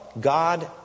God